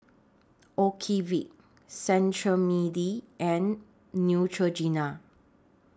Ocuvite Cetrimide and Neutrogena